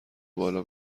بالا